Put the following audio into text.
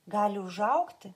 gali užaugti